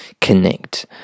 connect